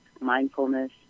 mindfulness